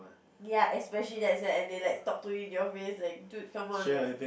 ya especially that's right and they like talk to you in your face like dude come on like